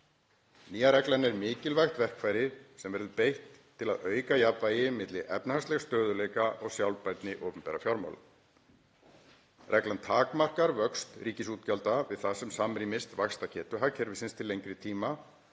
Nýja reglan er mikilvægt verkfæri sem verður beitt til að auka jafnvægi milli efnahagslegs stöðugleika og sjálfbærni opinberra fjármála. Reglan takmarkar vöxt ríkisútgjalda við það sem samrýmist vaxtargetu hagkerfisins til lengri tíma